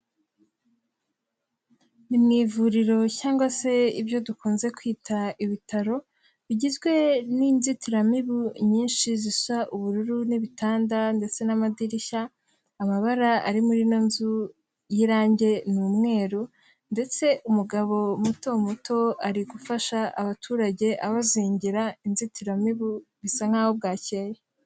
Ni mu ivuriro cyangwa se ibyo dukunze kwita ibitaro, bigizwe n'inzitiramibu nyinshi zisa ubururu n'ibitanda ndetse n'amadirishya, amabara ari muri ino nzu y'irange ni umweru ndetse umugabo muto muto ari gufasha abaturage abazingira inzitiramubu bisa nk'aho bwakeye.